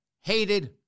hated